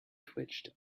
twitched